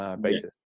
basis